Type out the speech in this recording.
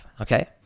Okay